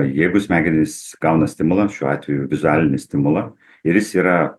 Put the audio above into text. jeigu smegenys gauna stimulą šiuo atveju vizualinį stimulą ir jis yra